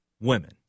women